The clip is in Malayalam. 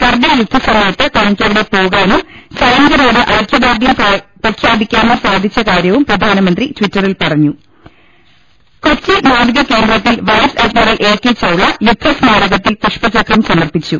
കർഗിൽ യുദ്ധസമയത്ത് തനിക്ക് അവിടെ പോകാനും സൈനി കരോട് ഐക്യദാർഢ്യം പ്രഖ്യാപിക്കാനും സാധിച്ച കാര്യവും പ്രധാനമന്ത്രി ട്വിറ്ററിൽ പറഞ്ഞു കൊച്ചി നാവിക കേന്ദ്രത്തിൽ vice admiral A K Chawla യുദ്ധസ്മാരകത്തിൽ പുഷ്പ ചക്രം സമർപ്പിച്ചു